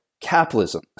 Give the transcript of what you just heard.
capitalism